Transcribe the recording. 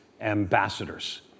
ambassadors